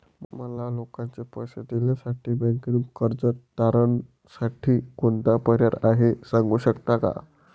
मला लोकांचे पैसे देण्यासाठी बँकेतून कर्ज तारणसाठी कोणता पर्याय आहे? सांगू शकता का?